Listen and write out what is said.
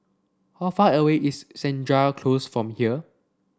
how far away is Senja Close from here